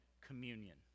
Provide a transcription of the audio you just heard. communion